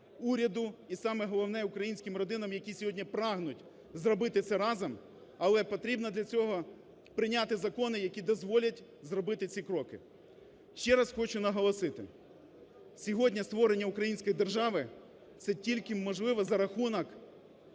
уряду і саме головне – українським родинам, які сьогодні прагнуть зробити це разом, але потрібно для цього прийняти закони, які дозволять зробити ці кроки. Ще раз хочу наголосити, сьогодні створення української держави, це тільки можливо за рахунок